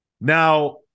Now